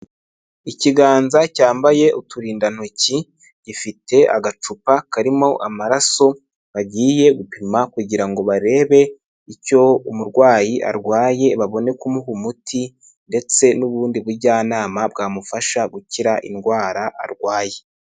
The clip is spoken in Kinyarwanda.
Ikiganza cyambaye uturindantoki gifite agacupa karimo amaraso bagiye gupima kugira ngo barebe icyo umurwayi arwaye babone kumuha umuti ndetse n'ubundi bujyanama bwamufasha gukira indwara arwaye.